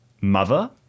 Mother